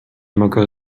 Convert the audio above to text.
mogę